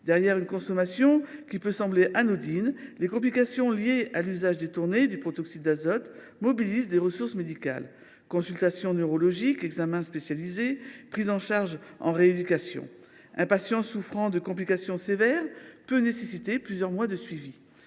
Derrière une consommation qui peut sembler anodine, les complications liées à l’usage détourné du protoxyde d’azote mobilisent des ressources médicales : consultations neurologiques, examens spécialisés, prises en charge en rééducation. Un patient souffrant de complications sévères peut exiger plusieurs mois de suivi.